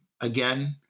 again